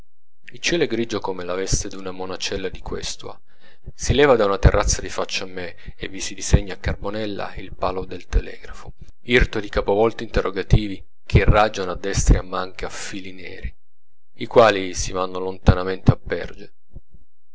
il cielo è grigio come la veste d'una monacella di questua si leva da una terrazza di faccia a me e vi si disegna a carbonella il palo del telegrafo irto di capovolti interrogativi che irraggiano a destra e a manca fili neri i quali si vanno lontanamente a perdere